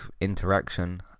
interaction